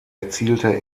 erzielte